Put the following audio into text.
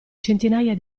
centinaia